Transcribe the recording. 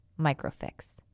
microfix